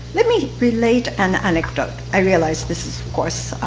let me relate an anecdote. i realize this is, of course,